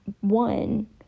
one